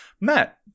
Matt